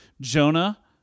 Jonah